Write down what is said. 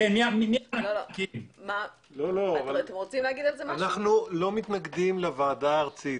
אנחנו לא מתנגדים לוועדה הארצית.